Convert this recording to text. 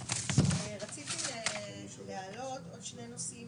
רציתי להעלות עוד שני נושאים